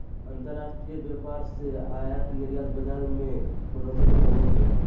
अंतर्राष्ट्रीय व्यापार से आयात निर्यात बाजार मे बढ़ोतरी होवो हय